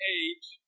age